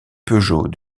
peugeot